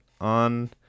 on